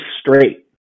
straight